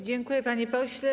Dziękuję, panie pośle.